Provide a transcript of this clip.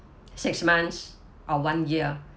six months or one year